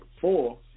four